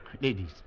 ladies